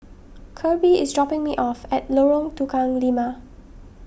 Kirby is dropping me off at Lorong Tukang Lima